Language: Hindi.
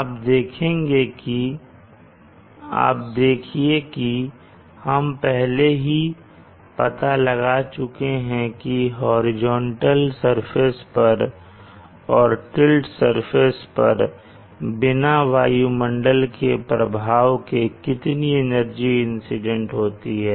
आप देखिए कि हम पहले ही पता लगा चुके हैं कि हॉरिजॉन्टल सरफेस और टिल्ट सरफेस पर बिना वायुमंडल के प्रभाव के कितनी एनर्जी इंसिडेंट होती है